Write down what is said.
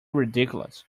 ridiculous